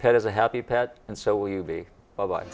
pet is a happy pet and so will you be my